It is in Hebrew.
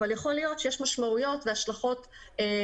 אבל יכול להיות שיש משמעויות והשלכות לתקלה,